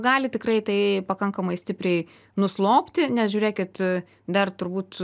gali tikrai tai pakankamai stipriai nuslopti nes žiūrėkit dar turbūt